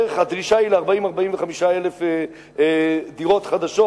הדרישה היא ל-40,000 45,000 דירות חדשות.